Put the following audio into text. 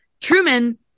Truman